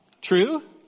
true